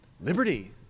liberty